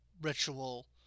ritual